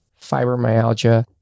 fibromyalgia